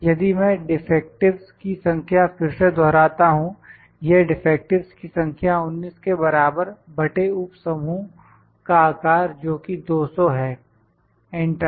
यदि मैं डिफेक्टिवस् की संख्या फिर से दोहराता हूं यह डिफेक्टिवस् की संख्या 19 के बराबर बटे उप समूह का आकार जोकि 200 है एंटर